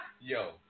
Yo